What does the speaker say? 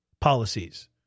policies